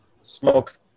smoke